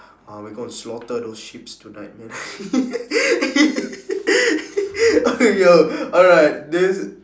uh we gonna slaughter those sheeps tonight man oh yo alright this